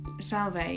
salve